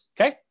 okay